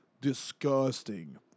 disgusting